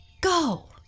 go